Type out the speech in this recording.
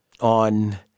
on